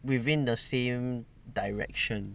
within the same direction